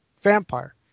Vampire